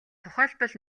тухайлбал